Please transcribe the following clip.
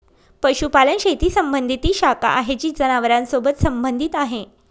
पशुपालन शेती संबंधी ती शाखा आहे जी जनावरांसोबत संबंधित आहे